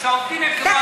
שהעובדים הם כמו עבדים?